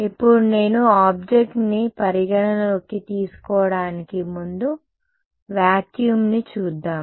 ఇప్పుడు నేను ఆబ్జెక్ట్ని పరిగణలోకి తీసుకోడానికి ముందు వాక్యూమ్ని చూద్దాం